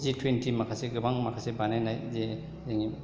जि twenty माखासे गोबां माखासे बानायनाय जे जोंनि